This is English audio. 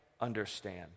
understand